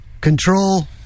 Control